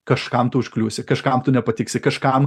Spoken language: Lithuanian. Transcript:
kažkam tu užkliūsi kažkam tu nepatiksi kažkam